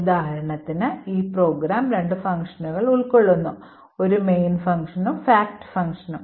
ഉദാഹരണത്തിന് ഈ പ്രോഗ്രാം രണ്ട് ഫംഗ്ഷനുകൾ ഉൾക്കൊള്ളുന്നു ഒരു main ഫംഗ്ഷൻ ഉം fact ഫംഗ്ഷൻ ഉം